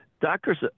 Doctor's